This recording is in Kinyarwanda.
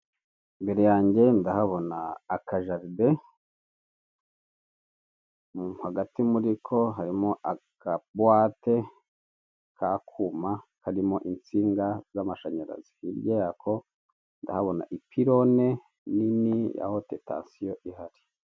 Imbere yange ndahabona akajaride, hagati muri ko harimo akabuwate k'akuma karimo insinga z'amashanyarazi. Hirya yako ndabona ipirone nini ya hote tansiyo ihari.